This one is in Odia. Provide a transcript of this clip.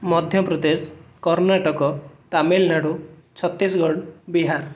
ମଧ୍ୟ ପ୍ରଦେଶ କର୍ଣ୍ଣାଟକ ତାମିଲନାଡ଼ୁ ଛତିଶଗଡ଼ ବିହାର